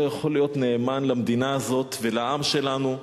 יכול להיות נאמן למדינה הזאת ולעם שלנו.